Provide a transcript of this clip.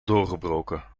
doorgebroken